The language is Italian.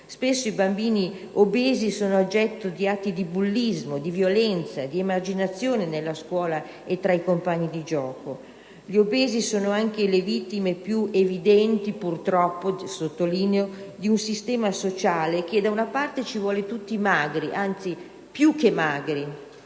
spesso i bambini obesi sono oggetto di atti di bullismo, di violenza, di emarginazione nella scuola e tra i compagni di gioco. Gli obesi sono anche le vittime più evidenti, purtroppo, di un sistema sociale che da una parte ci vuole tutti magri - anzi più che magri,